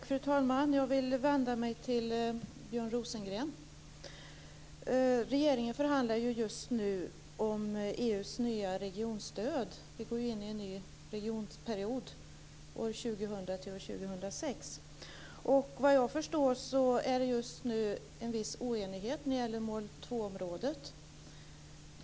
Fru talman! Jag vill vända mig till Björn Rosengren. Regeringen förhandlar just nu om EU:s nya regionstöd. Vi går ju in i en ny regionperiod 2000-2006. Vad jag förstår råder just nu en viss oenighet om mål 2-området.